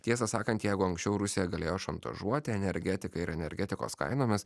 tiesą sakant jeigu anksčiau rusija galėjo šantažuoti energetika ir energetikos kainomis